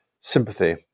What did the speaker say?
sympathy